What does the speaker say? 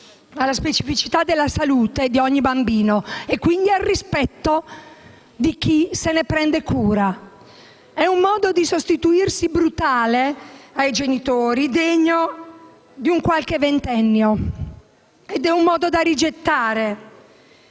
alla specificità della salute di ogni bambino e, quindi, al rispetto di chi se ne prende cura. È un modo brutale di sostituirsi ai genitori, degno di un qualche passato ventennio, ed è da rigettare.